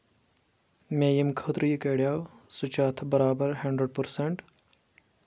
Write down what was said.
مےٚ ییٚمہِ خٲطرٕ یہِ کڑیو سُہ چھِ اتھ برابر ہنڈرڈ پٔرسنٛٹ